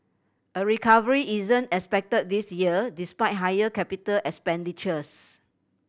a recovery isn't expected this year despite higher capital expenditures